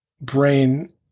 brain